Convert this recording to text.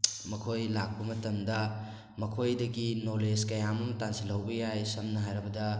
ꯃꯈꯣꯏ ꯂꯥꯛꯄ ꯃꯇꯝꯗ ꯃꯈꯣꯏꯗꯒꯤ ꯅꯣꯂꯦꯖ ꯀꯌꯥ ꯑꯃ ꯇꯥꯟꯁꯤꯜꯍꯧꯕ ꯌꯥꯏ ꯁꯝꯅ ꯍꯥꯏꯔꯕꯗ